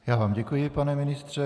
Já vám děkuji, pane ministře.